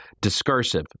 Discursive